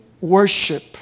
worship